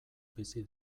bizi